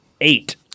eight